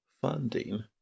funding